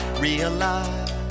realize